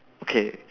okay